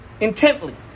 intently